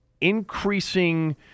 increasing